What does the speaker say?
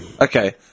okay